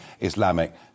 Islamic